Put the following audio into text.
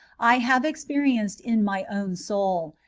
i have experienced in my own soul,